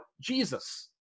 Jesus